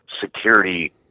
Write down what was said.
security